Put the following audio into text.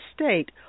State